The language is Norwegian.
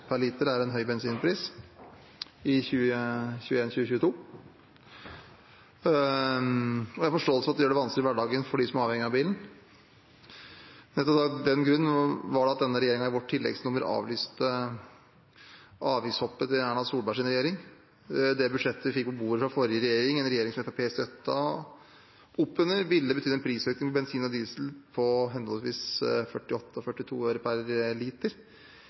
liter er en høy bensinpris i 2021–2022, og jeg har forståelse for at det gjør det vanskeligere i hverdagen for dem som er avhengig av bilen. Nettopp av den grunn var det at denne regjeringen i vårt tilleggsnummer avlyste avgiftshoppet til Erna Solbergs regjering. Det budsjettet vi fikk på bordet fra forrige regjering, en regjering som Fremskrittspartiet støttet opp under, ville betydd en prisøkning på bensin og diesel på henholdsvis 48 og 42 øre per liter.